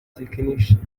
technicians